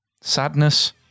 Sadness